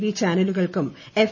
V ചാനലുകൾക്കും F